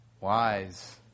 wise